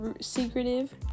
secretive